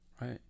right